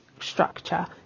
structure